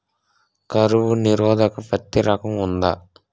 కరువు నిరోధక పత్తి రకం ఉందా?